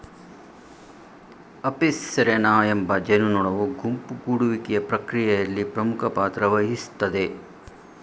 Apis ಸೆರಾನಾ ಎಂಬ ಜೇನುನೊಣವು ಗುಂಪು ಗೂಡುವಿಕೆಯ ಪ್ರಕ್ರಿಯೆಯಲ್ಲಿ ಪ್ರಮುಖ ಪಾತ್ರವಹಿಸ್ತದೆ